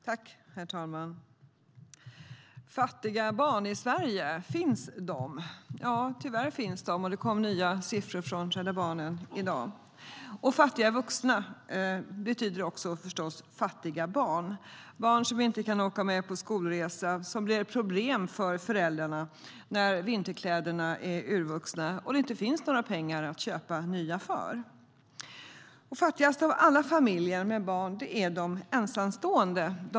Herr talman! Fattiga barn i Sverige, finns de? Ja, tyvärr finns de. Det kom nya siffror från Rädda Barnen i dag. Fattiga vuxna betyder förstås också fattiga barn - barn som inte kan åka med på skolresan och som blir ett problem för föräldrarna när vinterkläderna är urvuxna och inga pengar finns för att köpa nya. Fattigast av alla familjer med barn är de med en ensamstående förälder.